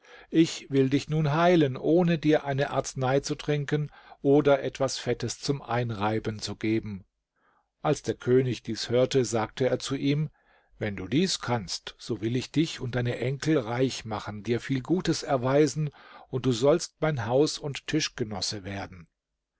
ich will dich nun heilen ohne dir eine arznei zu trinken oder etwas fettes zum einreiben zu geben als der könig dies hörte sagte er zu ihm wenn du dies kannst so will ich dich und deine enkel reich machen dir viel gutes erweisen und du sollst mein haus und tischgenosse werden